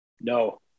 No